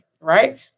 right